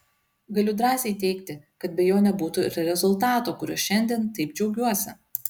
galiu drąsiai teigti kad be jo nebūtų ir rezultato kuriuo šiandien taip džiaugiuosi